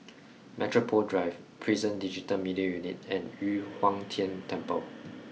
Metropole Drive Prison Digital Media Unit and Yu Huang Tian Temple